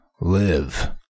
live